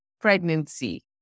pregnancy